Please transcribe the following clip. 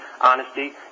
honesty